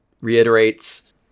reiterates